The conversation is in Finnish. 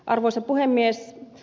arvoisa puhemies